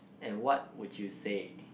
and what would you say